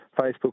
Facebook